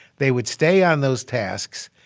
they would stay on those tasks,